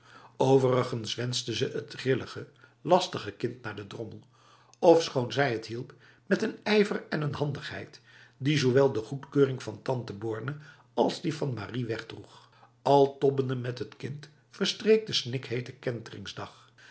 overigens wenste ze t grillige lastige kind naar de drommel ofschoon zij het hielp met een ijver en n handigheid die zowel de goedkeuring van tante borne als die van marie wegdroeg al tobbende met het kind verstreek de snikhete kenteringsdag